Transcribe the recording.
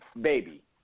baby